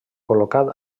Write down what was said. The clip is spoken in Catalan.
col·locat